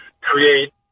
create